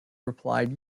replied